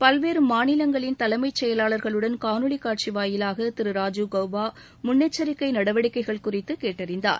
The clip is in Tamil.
பல்வேறு மாநிலங்களின் தலைமைச்செயலாளர்களுடன் காணொளிக்காட்சி வாயிலாக திரு ராஜீவ் கவுபா முன்னெச்சரிக்கை நடவடிக்கைகள் குறித்து கேட்டறிந்தார்